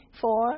four